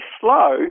slow